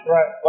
Right